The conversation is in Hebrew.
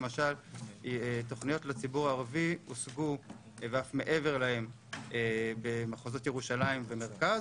למשל תוכניות לציבור הערבי הושגו ואף מעבר להן במחוזות דרום ומרכז,